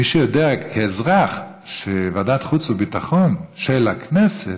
מי שיודע, כאזרח, וועדת חוץ וביטחון של הכנסת,